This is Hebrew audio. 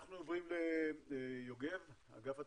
אנחנו עוברים ליוגב, אגף התקציבים.